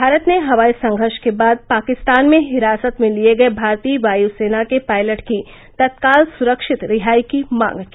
भारत ने हवाई संघर्ष के बाद पाकिस्तान में हिरासत में लिए गए भारतीय वायु सेना के पायलट की तत्काल सुरक्षित रिहाई की मांग की